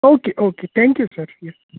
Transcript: okay okay okay sir yes